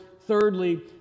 Thirdly